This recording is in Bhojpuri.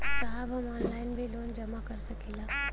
साहब हम ऑनलाइन भी लोन जमा कर सकीला?